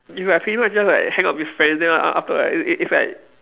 it's like pretty much just like hang out with friends then a~ after like it it's like